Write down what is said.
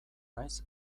naiz